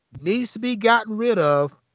needs-to-be-gotten-rid-of